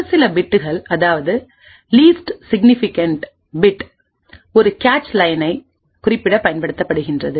ஒரு சில பிட்கள்அதாவது லிஸ்ட் சிக்னிஃபிகேண்ட் பிட்ஒரு கேச் லையனை குறிப்பிட பயன்படுத்தப்படுகின்றது